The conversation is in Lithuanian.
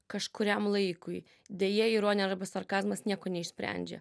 kažkuriam laikui deja ironija arba sarkazmas nieko neišsprendžia